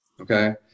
okay